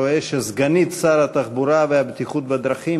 רואה שסגנית שר התחבורה והבטיחות בדרכים